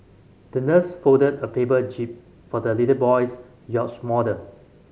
the nurse folded a paper jib for the little boy's yacht model